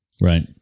Right